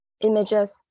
images